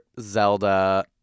Zelda